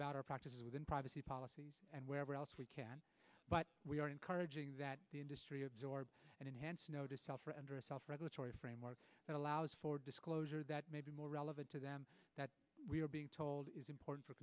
about our practices within privacy policies and wherever else we can but we are encouraging that the industry absorb and enhance know to suffer under a self regulatory framework that allows for disclosure that may be more relevant to them that we are being told is important for